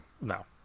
No